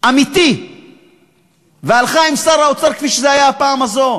אמיתי והלכה עם שר האוצר כפי שהיה בפעם הזו,